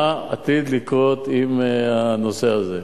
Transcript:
מה עתיד לקרות עם הנושא הזה.